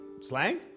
slang